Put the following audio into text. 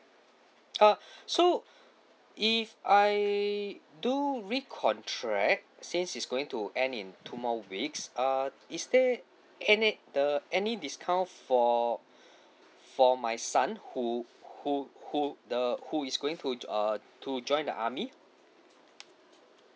uh so if I do recontract since it's going to end in two more weeks err is there any the any discount for for my son who who who the who is going to uh to join the army